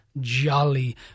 jolly